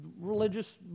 religious